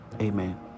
Amen